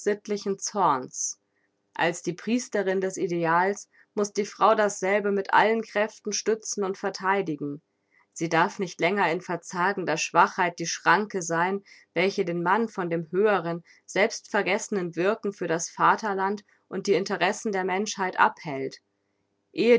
zorns als die priesterin des ideals muß die frau dasselbe mit allen kräften stützen und vertheidigen sie darf nicht länger in verzagender schwachheit die schranke sein welche den mann von dem höheren selbstvergessenen wirken für das vaterland und die interessen der menschheit abhält